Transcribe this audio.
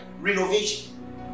renovation